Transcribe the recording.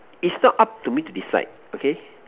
it's not up to me to decide okay